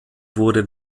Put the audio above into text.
wurde